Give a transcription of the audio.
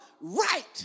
right